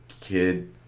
kid